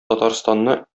татарстанны